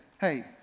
hey